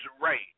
right